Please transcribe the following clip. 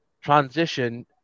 transition